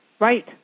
Right